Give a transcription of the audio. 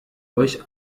euch